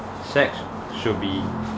sex should be